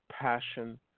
passion